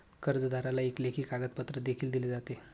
कर्जदाराला एक लेखी कागदपत्र देखील दिले जाते